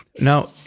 Now